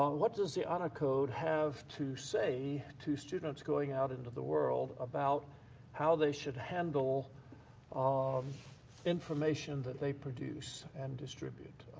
um what does the honor code have to say to students going out into the world about how they should handle um information that they produce and distribute?